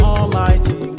Almighty